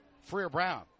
Freer-Brown